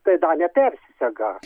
tai dar nepersisega